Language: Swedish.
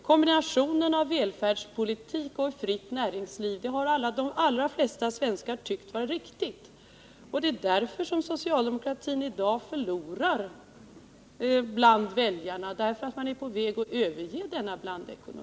Kombinationen av välfärdspolitik och ett fritt näringsliv har de allra flesta svenskar funnit riktig. Det är därför att socialdemokratin är på väg att överge denna blandekonomi som socialdemokratin i dag förlorar hos väljarna.